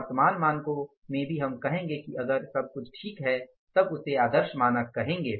वर्तमान मानकों में भी हम कहेंगे कि अगर सब कुछ ठीक है तब उसे आदर्श मानक कहेंगे